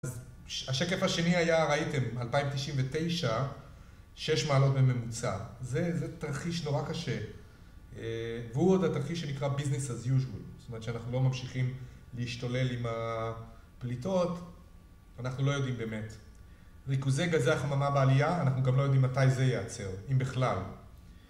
אז השקף השני היה, ראיתם, 2099, שש מעלות בממוצע, זה תרחיש נורא קשה, והוא עוד התרחיש שנקרא Business as usual, זאת אומרת שאנחנו לא ממשיכים להשתולל עם הפליטות, אנחנו לא יודעים באמת. ריכוזי גזי החממה בעלייה, אנחנו גם לא יודעים מתי זה יעצר, אם בכלל